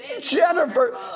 Jennifer